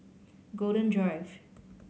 Golden Drive